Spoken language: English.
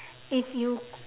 if you